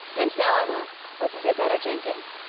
and now i'm off. hope you'll get better, jenkins.